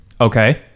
Okay